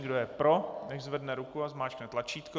Kdo je pro, nechť zvedne ruku a zmáčkne tlačítko.